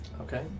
Okay